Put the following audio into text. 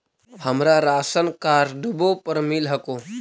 हमरा राशनकार्डवो पर मिल हको?